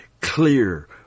clear